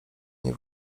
nie